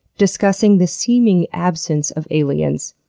discussing the seeming absence of aliens,